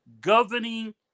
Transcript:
governing